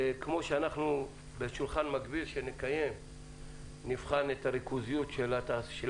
כמו בשולחן מקביל שנקיים נבחן את הריכוזיות של